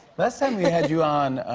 last time we had you on,